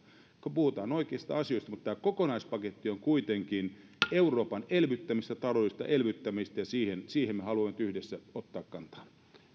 puhutaan oikeista asioista mutta tämä kokonaispaketti on kuitenkin euroopan elvyttämistä taloudellista elvyttämistä ja siihen me haluamme nyt yhdessä ottaa kantaa